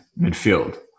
midfield